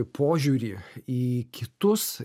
požiūrį į kitus